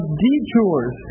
detours